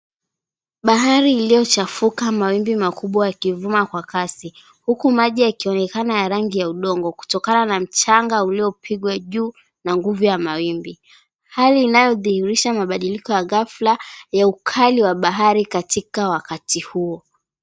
Bahari iliochafuka mawimbi makubwa yakivuma kwa kasi huku maji yakionekana ya rangi ya udongo kutokana na mchanga uliopigwa juu na nguvu ya mawimbi. Hali inayodhihirisha mabadiliko ya ghafla ya ukali wa bahari katika wakati huo.